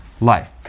life